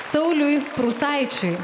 sauliui prūsaičiui